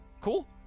Cool